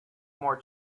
more